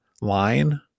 line